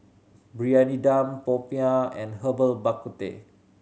Briyani Dum popiah and Herbal Bak Ku Teh